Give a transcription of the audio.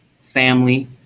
family